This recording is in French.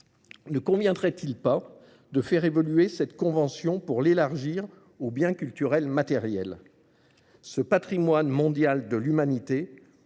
Ne conviendrait-il pas de faire évoluer cette Convention pour l'élargir aux biens culturels matériels ? Ce patrimoine mondial de l'humanité